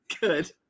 Good